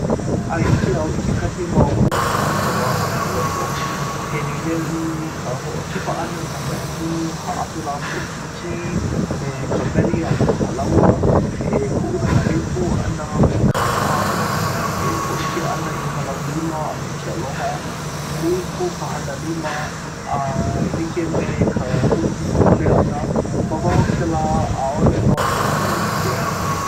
ʻAe, ʻike au i kekahi mau kuʻuna kūikawā o Moloko. He mea nui ka hoʻokipa ʻana i nā malihini hāʻawi lākou i ka kī me ka meli a me ka palaoa. He kuʻuna ka ʻai pū ʻana mai ka pā hoʻokahi, e hōʻike ana i ka laulima a me ke aloha. Nui pū ka hana lima, e like me ka humuhumu lole ʻana. Ma waho o kēlā ʻaʻole nō nui koʻu ʻike.